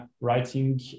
writing